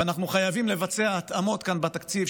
ואנחנו חייבים לבצע התאמות כאן בתקציב,